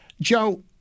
Joe